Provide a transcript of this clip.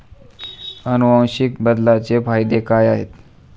अनुवांशिक बदलाचे फायदे काय आहेत?